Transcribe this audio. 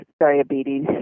diabetes